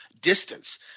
distance